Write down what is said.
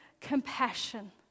compassion